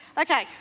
Okay